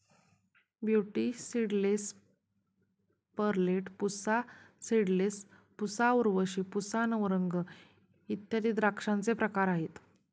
beauty seedless, perlette, Pusa seedless, Pusa Urvashi, Pusa Navrang इत्यादी द्राक्षांचे प्रकार आहेत